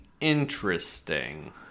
interesting